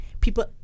people